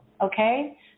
okay